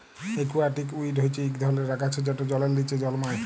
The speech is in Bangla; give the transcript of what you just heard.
একুয়াটিক উইড হচ্যে ইক ধরলের আগাছা যেট জলের লিচে জলমাই